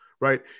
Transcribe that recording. right